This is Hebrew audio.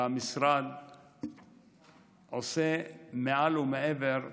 והמשרד עושה מעל ומעבר.